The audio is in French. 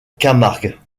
camargue